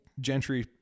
Gentry